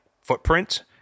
footprint